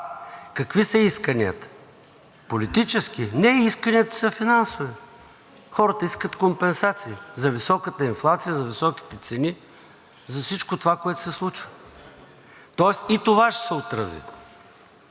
Какви са исканията? Политически? Не, исканията са финансови. Хората искат компенсации за високата инфлация, за високите цени, за всичко това, което се случва, тоест и това ще се отрази.